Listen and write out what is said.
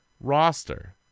roster